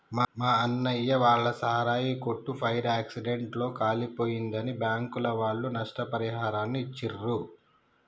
మా అన్నయ్య వాళ్ళ సారాయి కొట్టు ఫైర్ యాక్సిడెంట్ లో కాలిపోయిందని బ్యాంకుల వాళ్ళు నష్టపరిహారాన్ని ఇచ్చిర్రు